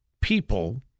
people